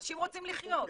אנשים רוצים לחיות.